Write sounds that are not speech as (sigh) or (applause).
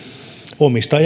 omista (unintelligible)